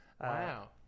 Wow